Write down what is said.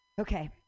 Okay